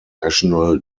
national